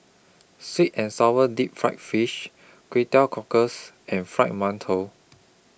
Sweet and Sour Deep Fried Fish Kway Teow Cockles and Fried mantou